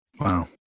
Wow